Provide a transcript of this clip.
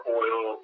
oil